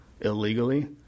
illegally